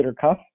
cuff